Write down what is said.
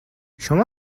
شما